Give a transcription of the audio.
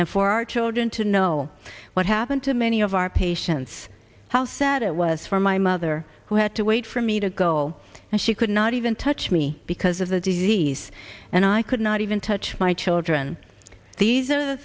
and for our children to know what happened to many of our patients how sad it was for my mother who had to wait for me to go and she could not even touch me because of the disease and i could not even touch my children these